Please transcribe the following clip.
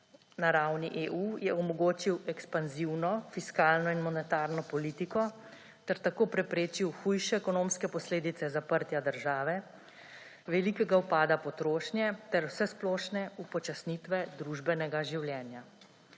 Na ravni EU je omogočil ekspanzivno fiskalno in monetarno politiko ter tako preprečil hujše ekonomske posledice zaprtja države, velikega upada potrošnje ter vsesplošne upočasnitve družbenega življenja.